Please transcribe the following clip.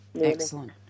Excellent